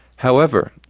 however,